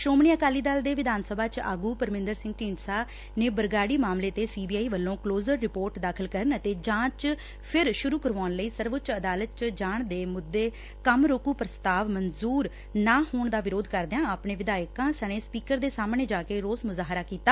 ਸੋਮਣੀ ਅਕਾਲੀ ਦਲ ਦੇ ਵਿਧਾਨ ਸਭਾ ਚ ਆਗੁ ਪਰਮਿੰਦਰ ਸਿੰਘ ਢੀਂਡਸਾ ਨੇ ਬਰਗਾੜੀ ਮਾਮਲੇ ਤੇ ਸੀ ਬੀ ਆਈ ਵੱਲੋਂ ਕਲੋਜਰ ਰਿਧੋਰਟ ਦਾਖ਼ਲ ਕਰਨ ਅਤੇ ਜਾਂਚ ਫਿਰ ਸੁਰੁ ਕਰਾਉਣ ਲਈ ਸਰਵਉੱਚ ਅਦਾਲਤ ਚ ਜਾਣ ਦੇ ਮੁੱਦੇ ਕੰਮ ਰੋਕੁ ਪੁਸਤਾਵ ਮਨਜੁਰ ਨਾ ਹੋਣ ਦਾ ਵਿਰੋਧ ਕਰਦਿਆਂ ਆਪਣੇ ਵਿਧਾਇਕਾਂ ਸਣੇ ਸਪੀਕਰ ਦੇ ਸਾਹਮਣੇ ਜਾ ਕੇ ਰੋਸ ਮੁਜਾਹਰਾ ਕੀਤਾ